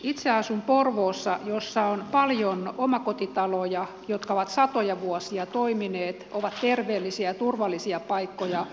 itse asun porvoossa jossa on paljon omakotitaloja jotka ovat satoja vuosia toimineet ovat terveellisiä ja turvallisia paikkoja asua